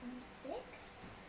Six